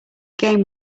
game